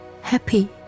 happy